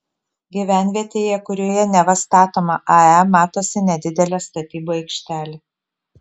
gyvenvietėje kurioje neva statoma ae matosi nedidelė statybų aikštelė